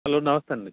hello నమస్తే అండి